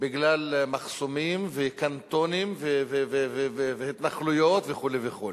בגלל מחסומים, וקנטונים, והתנחלויות, וכו' וכו'.